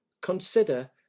consider